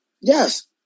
yes